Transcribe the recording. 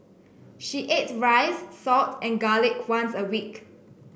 she ate rice salt and garlic once a week